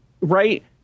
right